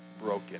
broken